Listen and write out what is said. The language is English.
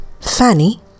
Fanny